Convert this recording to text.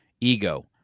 ego